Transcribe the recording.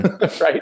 right